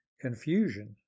confusion